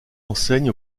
enseigne